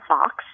Fox